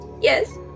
Yes